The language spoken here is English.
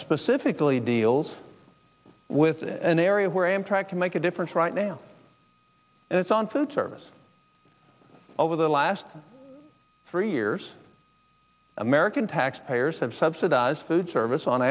specifically deals with an area where amtrak can make a difference right now and it's on food service over the last three years american taxpayers have subsidized food service on